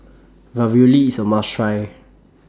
Ravioli IS A must Try